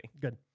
Good